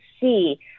see